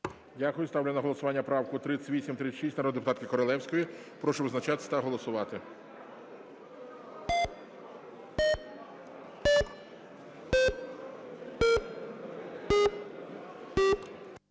Дякую. Ставлю на голосування правку 3836 народної депутатки Королевської. Прошу визначатись та голосувати.